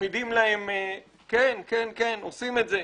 משמידים להם, כן, עושים את זה.